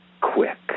quick